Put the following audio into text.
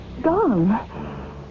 Gone